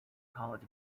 college